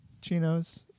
Chinos